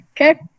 Okay